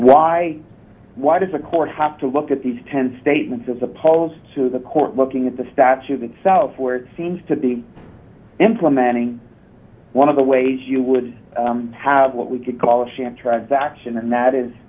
why why does the court have to look at these ten statements as opposed to the court looking at the statute itself where it seems to be implementing one of the ways you would have what we could call it that and that is